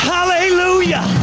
Hallelujah